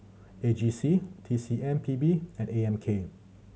A G C T C M P B and A M K